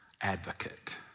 advocate